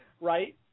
right